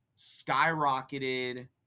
skyrocketed